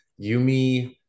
Yumi